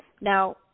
Now